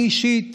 אני אישית